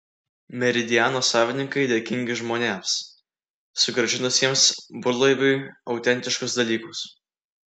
meridiano savininkai dėkingi žmonėms sugrąžinusiems burlaiviui autentiškus dalykus